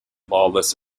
lawless